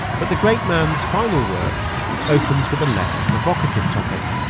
but the great man's final work opens with a less provocative topic,